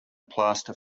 plaster